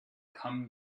come